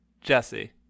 Jesse